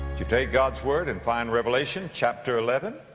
you take god's word and find revelation chapter eleven?